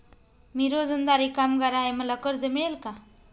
मी रोजंदारी कामगार आहे मला कर्ज मिळेल का?